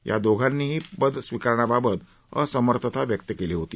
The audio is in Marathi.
या दोघांनीही पद स्वीकारण्याबाबत असमर्थता व्यक्त केली होती